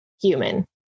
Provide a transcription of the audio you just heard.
human